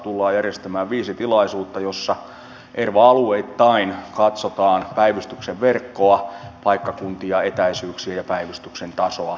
tullaan järjestämään viisi tilaisuutta joissa erva alueittain katsotaan päivystyksen verkkoa paikkakuntia etäisyyksiä ja päivystyksen tasoa